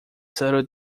subtle